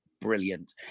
brilliant